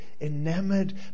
enamored